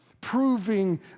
Proving